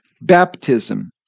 baptism